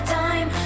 time